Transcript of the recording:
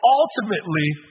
ultimately